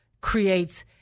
creates